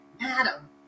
Madam